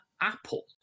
apple